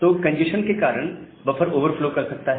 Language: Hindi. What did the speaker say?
तो कंजेस्शन के कारण ही बफर ओवर फ्लो कर सकता है